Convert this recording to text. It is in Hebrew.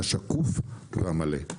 השקוף והמלא.